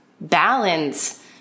balance